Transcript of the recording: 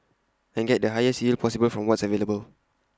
and get the highest yield possible from what's available